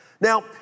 Now